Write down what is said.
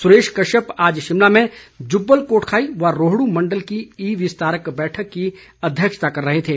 सुरेश कश्यप आज शिमला में जुब्बल कोटखाई व रोहडू मण्डल की ई विस्तारक बैठक की अध्यक्षता कर रहे थे